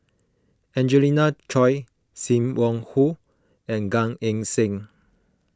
Angelina Choy Sim Wong Hoo and Gan Eng Seng